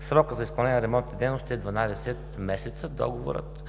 Срокът за изпълнение на ремонтните дейности е 12 месеца. Договорът